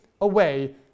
away